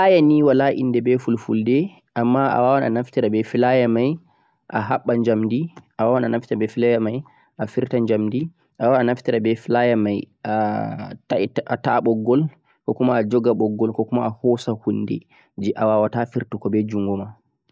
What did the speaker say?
plier ni wala inde beh fulfulde amma a wawan a naftira beh plier mai a habba jamdhi a wawan a naftira beh plier mai a firta jamdhi a wawan a naftira plier mai a ta'a boggol koboh a jogha boggol ko kuma a hosa hunde jeh a wawata firtugo beh jungo ma